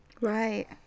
Right